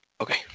okay